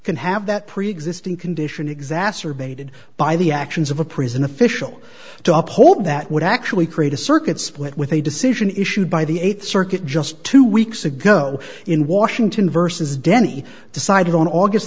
can have that preexisting condition exacerbated by the actions of a prison official to uphold that would actually create a circuit split with a decision issued by the eighth circuit just two weeks ago in washington versus denny decided on aug